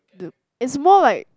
do it's more like